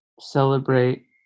celebrate